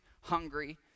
hungry